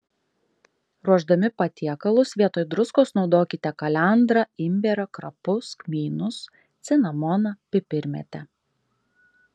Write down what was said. ruošdami patiekalus vietoj druskos naudokite kalendrą imbierą krapus kmynus cinamoną pipirmėtę